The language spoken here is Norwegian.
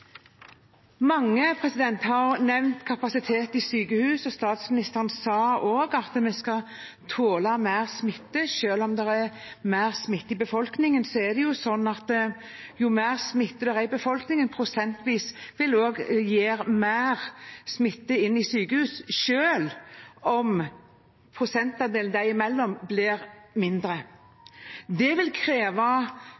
Mange har nevnt kapasiteten i sykehus. Statsministeren sa også at vi skal tåle mer smitte. Selv om det er mer smitte i befolkningen, er det sånn at jo mer smitte det er i befolkningen prosentvis, jo mer smitte vil det gi inn i sykehus, selv om prosentandelen dem imellom blir mindre.